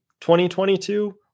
2022